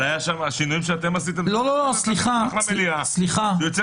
-- השינויים שאתם עשיתם בתוך המליאה- -- מה לעשות